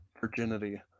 virginity